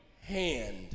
hand